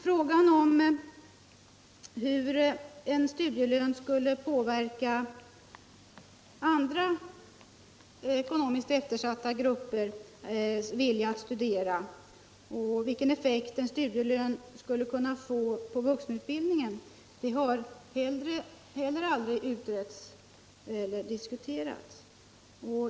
Frågan om hur en studielön skulle påverka andra ekonomiskt eftersatta gruppers vilja att studera och vilken effekt en studielön skulle kunna få på vuxenutbildningen har heller aldrig utretts eller ens diskuterats.